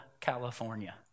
California